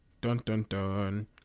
dun-dun-dun